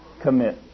commit